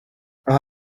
aha